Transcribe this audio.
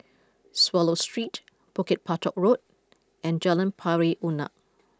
Swallow Street Bukit Batok Road and Jalan Pari Unak